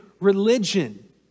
religion